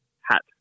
hat